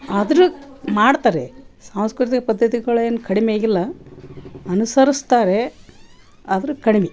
ಆದರೂ ಮಾಡ್ತಾರೆ ಸಾಂಸ್ಕೃತಿಕ ಪದ್ಧತಿಗಳೇನು ಕಡಿಮೆ ಆಗಿಲ್ಲ ಅನುಸರಿಸ್ತಾರೆ ಆದರೂ ಕಡಿಮೆ